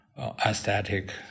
aesthetic